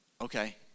Okay